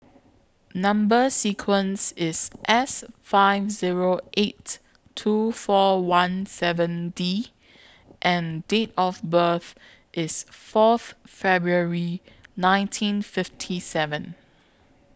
Number sequence IS S five Zero eight two four one seven D and Date of birth IS Fourth February nineteen fifty seven